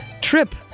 trip